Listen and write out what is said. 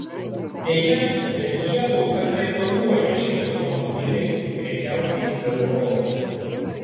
deja bet jie kol kas neplanuoja šiais automobiliais prekiauti europoje